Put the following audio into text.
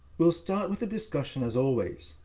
we'll start with a discussion, as always.